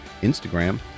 Instagram